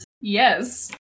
Yes